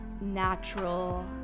natural